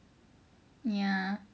ya